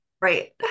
Right